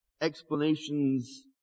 explanations